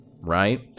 right